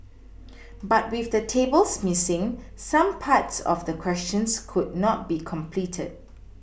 but with the tables Missing some parts of the questions could not be completed